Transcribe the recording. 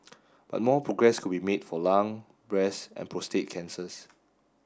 but more progress could be made for lung breast and prostate cancers